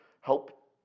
help